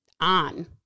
on